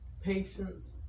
Patience